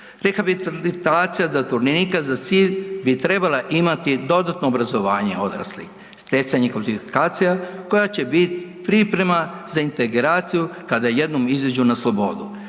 Rehabilitacija zatvorenika za cilj bi trebala imati dodatno obrazovanje odraslih, stjecanje kvalifikacija koja će bit priprema za integraciju kada jednom izađu na slobodu.